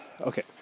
okay